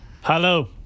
Hello